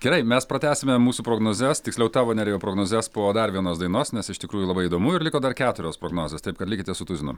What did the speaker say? gerai mes pratęsime mūsų prognozes tiksliau tavo nerijau prognozes po dar vienos dainos nes iš tikrųjų labai įdomu ir liko dar keturios prognozės taip kad likite su tuzinu